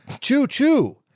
Choo-choo